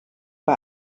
bei